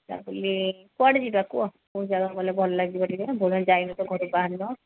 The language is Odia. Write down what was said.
ତା ବୁଲି କୁଆଡ଼େ ଯିବା କୁହ କୋଉ ଜାଗାକୁ ଗଲେ ଭଲ ଲାଗିବ ଟିକେ ବହୁତ ଦିନ ଯାଇନି ତ ଘରୁ ବାହାରିନି